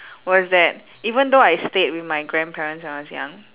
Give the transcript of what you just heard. was that even though I stayed with my grandparents when I was young